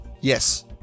Yes